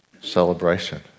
celebration